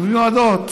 שמיועדות